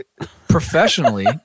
professionally